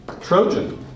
Trojan